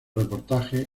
reportajes